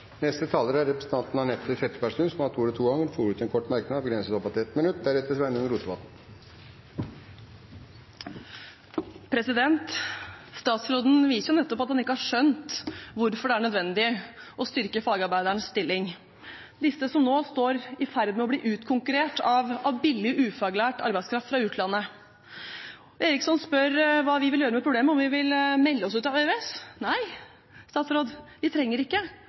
Representanten Anette Trettebergstuen har hatt ordet to ganger tidligere og får ordet til en kort merknad, begrenset til 1 minutt. Statsråden viser nettopp at han ikke har skjønt hvorfor det er nødvendig å styrke fagarbeidernes stilling, disse som nå er i ferd med å bli utkonkurrert av billig, ufaglært arbeidskraft fra utlandet. Eriksson spør hva vi vil gjøre med problemet, om vi vil melde oss ut av EØS. Nei, statsråd, vi trenger ikke